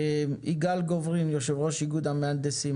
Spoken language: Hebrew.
יגאל גוברין, יושב-ראש איגוד המהנדסים.